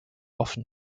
offen